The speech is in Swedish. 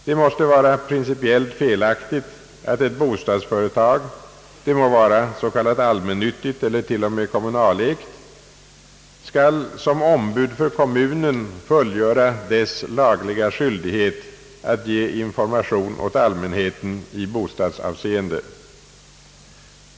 Det måste vara principiellt felaktigt att ett bostadsföretag — det må vara s.k. allmännyttigt eller t.o.m. kommunalägt — skall som ombud för kommunen fullgöra dess lagliga skyldighet att ge information åt allmänheten i bostadsavseende.